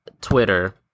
Twitter